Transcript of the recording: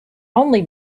only